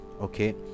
okay